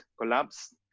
collapsed